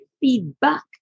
feedback